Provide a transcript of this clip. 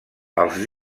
els